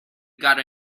got